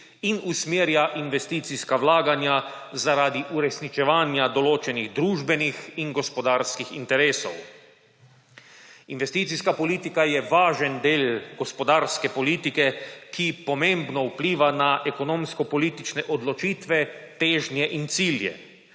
in usmerja investicijska vlaganja zaradi uresničevanja določenih družbenih in gospodarskih interesov. Investicijska politika je važen del gospodarske politike, ki pomembno vpliva na ekonomsko-politične odločitve, težnje in cilje.